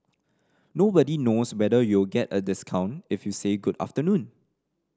nobody knows whether you'll get a discount if you say Good afternoon